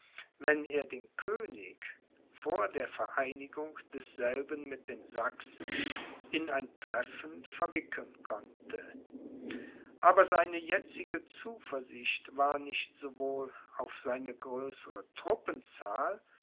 wenn er den könig vor der vereinigung desselben mit den sachsen in ein treffen verwickeln konnte aber seine jetzige zuversicht war nicht sowohl auf seine größere